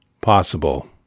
possible